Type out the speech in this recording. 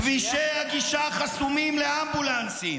כבישי הגישה חסומים לאמבולנסים,